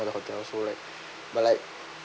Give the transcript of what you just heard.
for the hotel so like but like